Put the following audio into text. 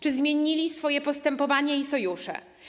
Czy zmienili swoje postępowanie i sojusze?